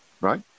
right